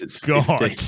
God